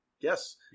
Yes